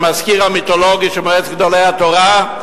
המזכיר המיתולוגי של מועצת גדולי התורה,